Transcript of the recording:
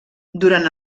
durant